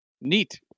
Neat